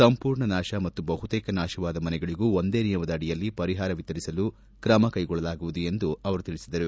ಸಂಪೂರ್ಣ ನಾಶ ಮತ್ತು ಬಹುತೇಕ ನಾಶವಾದ ಮನೆಗಳಿಗೂ ಒಂದೇ ನಿಯಮದ ಅಡಿಯಲ್ಲಿ ಪರಿಹಾರ ವಿತರಿಸಲು ಕ್ರಮ ಕೈಗೊಳ್ಳಲಾಗುತ್ತಿದೆ ಎಂದು ತಿಳಿಸಿದರು